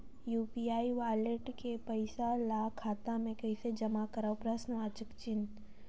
UPI wallet के पईसा ल खाता मे कइसे जमा करव?